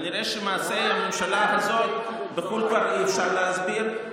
כנראה שאת מעשי הממשלה הזאת בחו"ל כבר אי-אפשר להסביר,